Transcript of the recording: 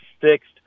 fixed